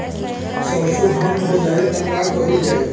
सरसो धन हो जाई त का कयील जाई?